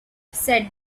said